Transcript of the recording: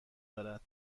دارد